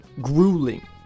grueling